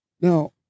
Now